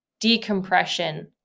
decompression